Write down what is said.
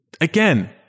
again